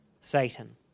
Satan